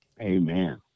Amen